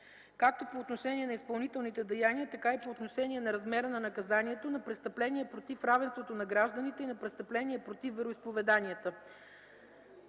(както по отношение на изпълнителните деяния, така и по отношение на размера на наказанието) на престъпленията против равенството на гражданите и на престъпленията против вероизповеданията.